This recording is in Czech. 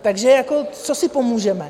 Takže co si pomůžeme?